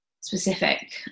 specific